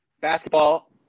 Basketball